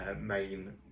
main